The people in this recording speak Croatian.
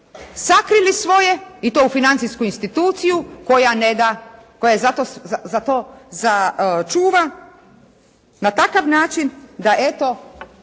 sakrili svoje i to u financijsku instituciju koja ne da, koja za to čuva na takav način da eto